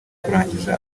kurangira